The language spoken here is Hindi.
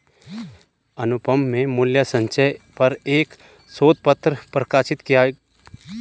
अनुपम ने मूल्य संचय पर एक शोध पत्र प्रकाशित किया